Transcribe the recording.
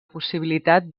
possibilitat